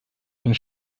einen